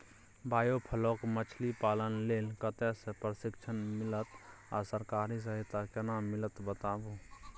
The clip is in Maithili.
बायोफ्लॉक मछलीपालन लेल कतय स प्रशिक्षण मिलत आ सरकारी सहायता केना मिलत बताबू?